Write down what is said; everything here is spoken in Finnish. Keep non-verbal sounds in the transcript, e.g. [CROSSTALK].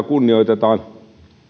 [UNINTELLIGIBLE] kunnioitetaan